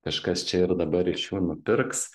kažkas čia ir dabar iš jų nupirks